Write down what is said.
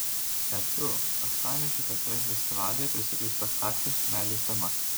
net du uostamiesčio teatrai festivalyje pristatys spektaklius meilės tema